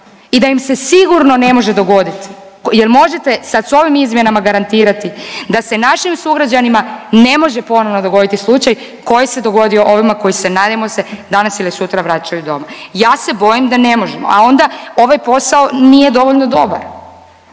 i da im se sigurno ne može dogodit jer možete sad s ovim izmjenama garantirati da se našim sugrađanima ne može ponovno dogoditi slučaj koji se dogodio ovima, koji se, nadajmo se, danas ili sutra vraćaju doma. Ja se bojim da ne možemo, a onda ovaj posao nije dovoljno dobar